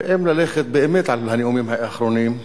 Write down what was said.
ואם ללכת באמת על הנאומים האחרונים,